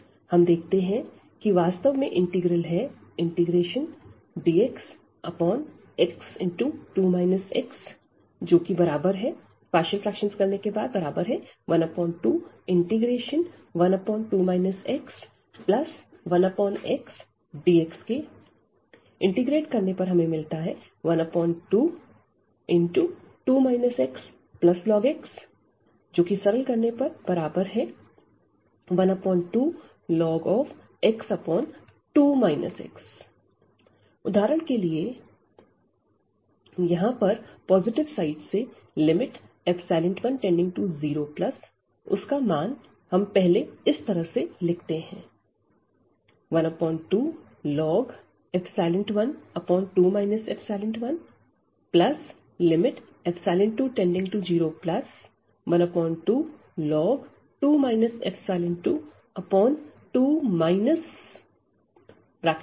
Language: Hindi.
हम देखते हैं वास्तव में इंटीग्रल है dxx2 x12∫12 x1xdx12 x 12 x2 x उदाहरण के लिए जहां पर पॉजिटिव साइड से 10 उसका मान हम पहले इस तरह से लिखते हैं12 12 1 2012 2 22